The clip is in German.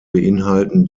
beinhalten